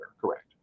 correct